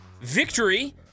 victory